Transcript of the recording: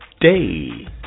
Day